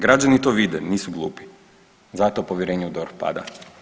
Građani to vide, nisu glupi, zato povjerenje u DORH pada.